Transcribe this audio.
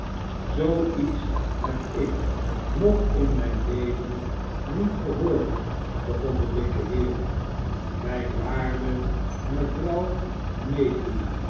zoo iets heb ik nog in mijn leven niet gehoord begon de dikke heer mijn waarde mevrouw maylie